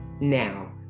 Now